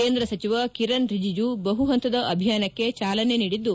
ಕೇಂದ್ರ ಸಚಿವ ಕಿರಣ್ ರಿಜಿಜೂ ಬಹು ಪಂತದ ಅಭಿಯಾನಕ್ಕೆ ಚಾಲನೆ ನೀಡಿದ್ದು